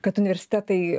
kad universitetai